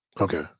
Okay